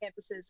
campuses